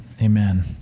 amen